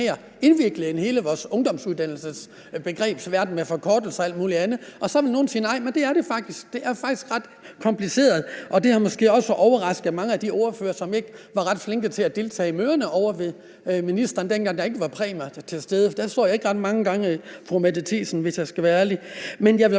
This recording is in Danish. indviklede end hele vores ungdomsuddannelsesbegrebsverden med forkortelser og alt muligt andet. Så vil nogle sige nej, men det er det faktisk. Det er faktisk ret kompliceret, og det har måske også overrasket mange af de ordførere, som ikke var ret flinke til at deltage i møderne ovre ved ministeren, dengang der ikke var præmier til stede; der så jeg ikke ret mange gange fru Mette Thiesen, hvis jeg skal være ærlig. Jeg vil